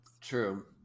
True